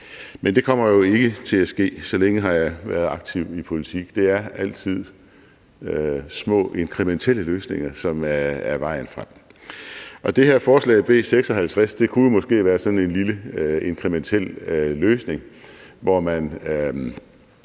Men det kommer jo ikke til at ske – så længe har jeg været aktiv i politik. Det er altid små inkrementelle løsninger, som er vejen frem. Det her forslag, B 56, kunne jo måske være sådan en lille inkrementel løsning, hvor man